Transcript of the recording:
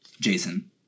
Jason